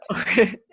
Okay